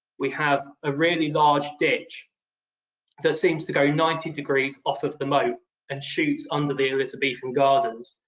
we have a really large ditch that seems to go ninety degrees off of the moat and shoots under the elizabethan gardens.